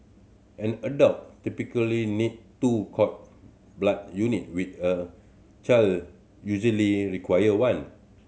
an adult typically need two cord blood unit with a child usually require one